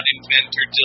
Inventor